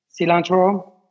cilantro